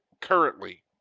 currently